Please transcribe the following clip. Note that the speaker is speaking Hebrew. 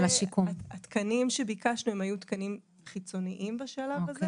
התקנים שביקשנו היו תקנים חיצוניים בשלב הזה,